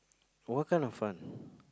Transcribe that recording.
what kind of fun